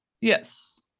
Yes